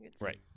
Right